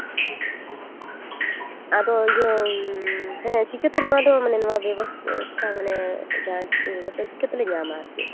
ᱟᱫᱚ ᱤᱭᱟᱹ ᱦᱮᱸ ᱢᱟᱱᱮ ᱪᱤᱠᱟᱹᱛᱮ ᱱᱚᱣᱟ ᱫᱚ ᱱᱚᱣᱟ ᱵᱮᱵᱚᱥᱛᱷᱟ ᱢᱟᱱᱮ ᱡᱟᱦᱟᱸᱱ ᱪᱤᱠᱤ ᱦᱮᱸ ᱪᱤᱠᱟᱹᱛᱮᱞᱮ ᱧᱟᱢᱟ ᱟᱨᱠᱤ